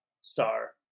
star